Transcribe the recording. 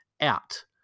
out